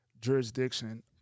jurisdiction